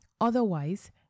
Otherwise